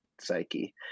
psyche